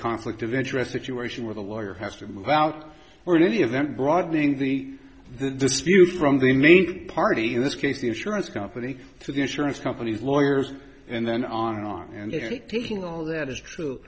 conflict of interest situation where the lawyer has to move out or in any event broadening the this view from the need party in this case the insurance company through the insurance company's lawyers and then on and on and taking all that is true